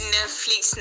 Netflix